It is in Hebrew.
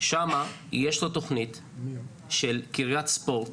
שם יש תכנית של קרית ספורט